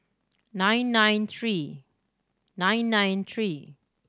nine nine three nine nine three